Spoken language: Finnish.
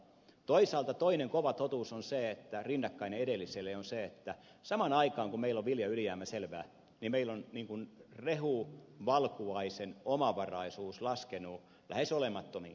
toisaalta toinen kova totuus rinnakkainen edelliselle on se että samaan aikaan kun meillä on viljaylijäämä selvä niin meillä on rehuvalkuaisen omavaraisuus laskenut lähes olemattomiin